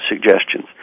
suggestions